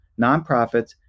nonprofits